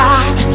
God